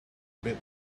bit